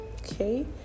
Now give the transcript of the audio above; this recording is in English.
Okay